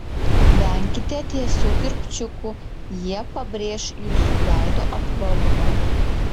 venkite tiesių kirpčiukų jie pabrėš jūsų veido apvalumą